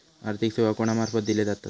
आर्थिक सेवा कोणा मार्फत दिले जातत?